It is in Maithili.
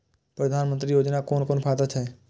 प्रधानमंत्री योजना कोन कोन फायदा छै?